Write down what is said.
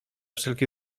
wszelki